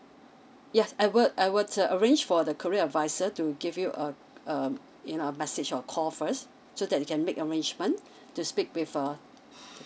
yes I will I will err arrange for the career adviser to give you a a you know a message or call first so that you can make arrangement to speak with a